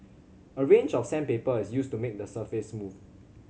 a range of sandpaper is used to make the surface smooth